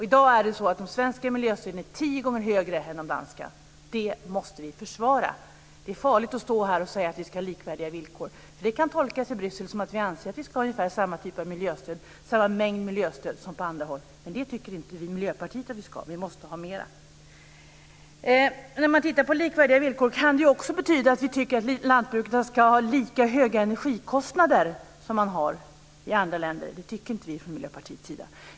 I dag är de svenska miljöstöden tio gånger högre än de danska. Det måste vi försvara. Det är farligt att stå här och säga att vi ska ha likvärdiga villkor. Det kan tolkas i Bryssel som att vi anser att vi ska ha ungefär samma typ av miljöstöd och samma mängd miljöstöd som på andra håll. Det tycker inte vi i Miljöpartiet att vi ska ha. Vi måste ha mera. "Likvärdiga villkor" kan betyda att man tycker att lantbrukarna ska ha lika höga energikostnader som man har i andra länder. Det tycker inte vi i Miljöpartiet.